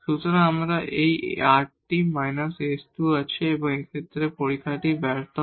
সুতরাং আমাদের এই rt − s2 আছে এবং এই ক্ষেত্রে পরীক্ষা ব্যর্থ হয়